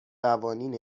قوانین